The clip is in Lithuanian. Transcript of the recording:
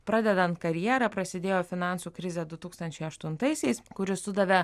pradedant karjerą prasidėjo finansų krizė du tūkstančiai aštuntaisiais kuri sudavė